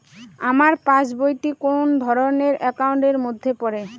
আমার পাশ বই টি কোন ধরণের একাউন্ট এর মধ্যে পড়ে?